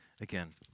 again